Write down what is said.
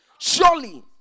Surely